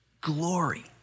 glory